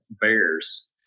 bears